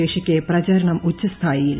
ശേഷിക്കെ പ്രചാരണം ഉച്ചസ്ഥായിയിൽ